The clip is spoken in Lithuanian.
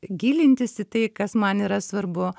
gilintis į tai kas man yra svarbu